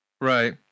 Right